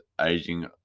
aging